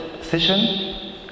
session